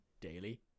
daily